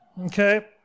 Okay